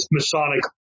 Masonic